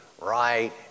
right